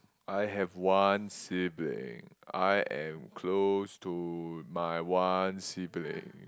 I have one sibling I am close to my one sibling